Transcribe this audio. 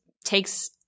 takes